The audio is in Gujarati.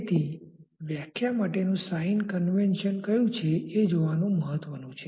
તેથીવ્યાખ્યા માટેનું સાઇન કોન્વેન્શન કયુ છે એ જોવાનું મહત્વનું છે